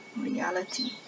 reality